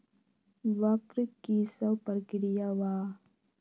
वक्र कि शव प्रकिया वा?